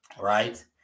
right